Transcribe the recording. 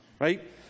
Right